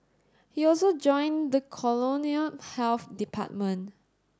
he also joined the colonial health department